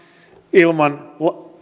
ilman